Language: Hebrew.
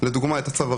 לדוגמה את הצו הראשון,